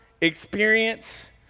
experience